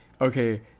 okay